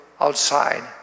outside